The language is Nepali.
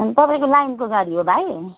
तपाईँको लाइनको गाडी हो भाइ